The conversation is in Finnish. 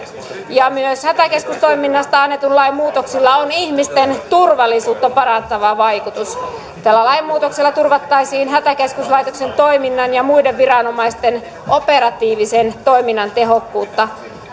myös hätäkeskustoiminnasta annetun lain muutoksilla on ihmisten turvallisuutta parantava vaikutus tällä lainmuutoksella turvattaisiin hätäkeskuslaitoksen toiminnan ja muiden viranomaisten operatiivisen toiminnan tehokkuutta